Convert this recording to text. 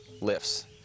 lifts